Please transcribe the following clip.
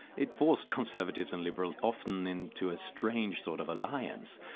it forced conservatives and liberals often into a strange sort of alliance,